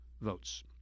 votes